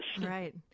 Right